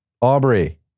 Aubrey